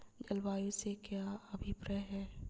जलवायु से क्या अभिप्राय है?